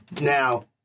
Now